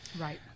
Right